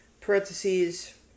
Parentheses